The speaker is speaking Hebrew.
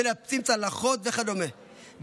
מנפצים צלחות וכדומה,